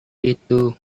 itu